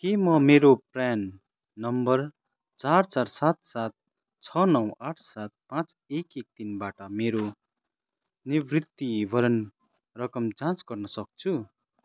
के म मेरो प्रान नम्बर चार चार सात सात छ नौ आठ सात पाँच एक एक तिनबाट मेरो निवृत्तिभरण रकम जाँच गर्न सक्छु